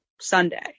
Sunday